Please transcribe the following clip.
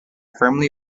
firmly